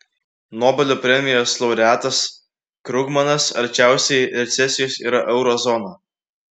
nobelio premijos laureatas krugmanas arčiausiai recesijos yra euro zona